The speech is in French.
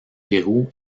pérou